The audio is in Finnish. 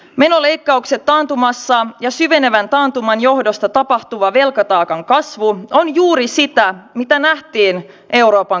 menoleikkaukset taantumassa ja syvenevän taantuman johdosta tapahtuva velkataakan kasvu on juuri sitä mitä nähtiin euroopan kriisimaissa